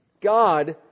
God